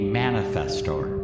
manifestor